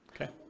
okay